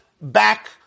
back